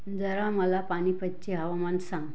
जरा मला पानीपतचे हवामान सांग